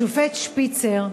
השופט שפיצר,